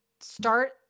start